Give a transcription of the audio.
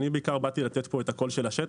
אני בעיקר באתי לתת פה את הקול של השטח,